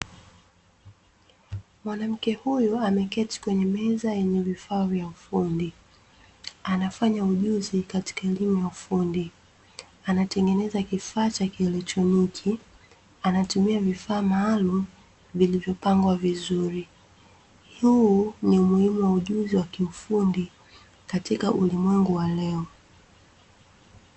Mwanamke huyu ameketi kwenye meza yenye vifaa vya ufundi, anafanya ujuzi katika elimu ya ufundi. Anatengeneza kifaa cha kieletroniki, anatumia vifaa maalumu, vilivyopangwa vizuri. Huu ni umuhimu wa ujuzi wa kiufundi, katika ulimwengu wa leo.